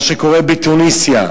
מה שקורה בתוניסיה,